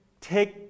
take